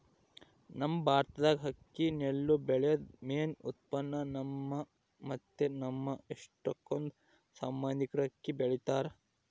ನಮ್ ಭಾರತ್ದಾಗ ಅಕ್ಕಿ ನೆಲ್ಲು ಬೆಳ್ಯೇದು ಮೇನ್ ಉತ್ಪನ್ನ, ನಮ್ಮ ಮತ್ತೆ ನಮ್ ಎಷ್ಟಕೊಂದ್ ಸಂಬಂದಿಕ್ರು ಅಕ್ಕಿ ಬೆಳಿತಾರ